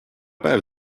päev